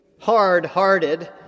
hard-hearted